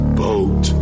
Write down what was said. boat